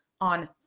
on